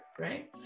right